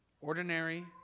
ordinary